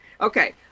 Okay